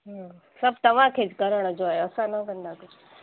हम्म सभु तव्हां खे ही करण जो आहे असां न कंदासी